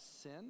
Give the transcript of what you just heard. sin